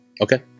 Okay